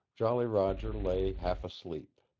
jolly roger lay half asleep.